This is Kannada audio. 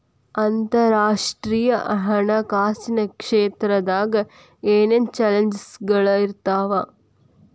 ಅಂತರರಾಷ್ಟ್ರೇಯ ಹಣಕಾಸಿನ್ ಕ್ಷೇತ್ರದಾಗ ಏನೇನ್ ಚಾಲೆಂಜಸ್ಗಳ ಇರ್ತಾವ